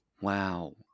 Wow